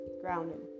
grounded